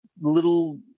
little